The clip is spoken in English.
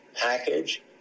package